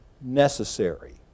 necessary